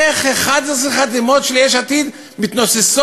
איך 11 חתימות של יש עתיד מתנוססות,